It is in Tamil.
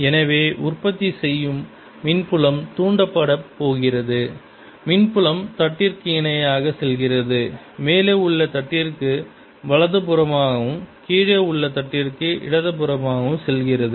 எனவே உற்பத்தி செய்யும் மின்புலம் தூண்டப்படப் போகிறது மின்புலம் தட்டிற்கு இணையாக செல்கிறது மேலே உள்ள தட்டிற்கு வலது புறமாகவும் கீழே உள்ள தட்டிற்கு இடது புறமாகவும் செல்கிறது